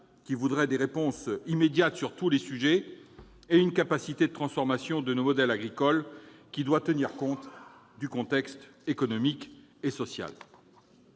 qui voudrait des réponses immédiates sur tous les sujets, et, d'autre part, une capacité de transformation de nos modèles agricoles qui doit tenir compte du contexte économique et social.